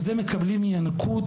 ואת זה מקבלים מינקות,